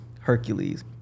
Hercules